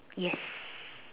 yes